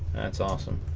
that's awesome